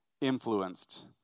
influenced